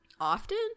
often